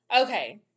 Okay